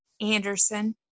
Anderson